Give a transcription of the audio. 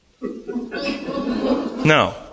no